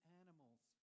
animals